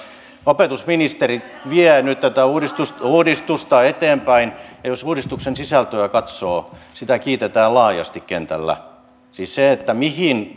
opetusministeri vie nyt tätä uudistusta uudistusta eteenpäin ja jos uudistuksen sisältöä katsoo sitä kiitetään laajasti kentällä siis se mihin